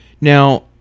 Now